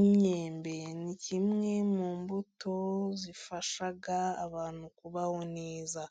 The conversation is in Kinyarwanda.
Imyembe ni kimwe mu mbuto zifasha abantu kubaho neza,